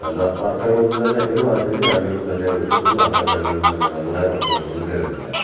നല്ല വാർത്തകളൊന്നും തന്നെ ഒരു ഒരു ചാനലുകളും തന്നെ ഒരു ഒരു വാർത്താച്ചാനലുകളും തന്നെ നല്ലതായ വാത്തകളൊന്നും തന്നെ വരുന്നില്ല